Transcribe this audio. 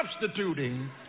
substituting